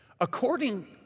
According